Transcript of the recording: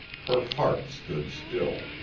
her heart stood still.